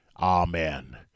Amen